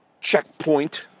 checkpoint